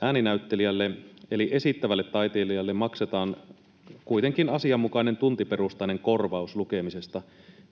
ääninäyttelijälle eli esittävälle taiteilijalle maksetaan lukemisesta kuitenkin asianmukainen tuntiperustainen korvaus,